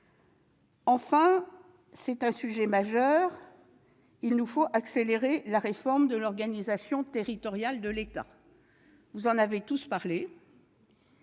Enfin, c'est une problématique majeure, il nous faut accélérer la réforme de l'organisation territoriale de l'État. Vous avez tous évoqué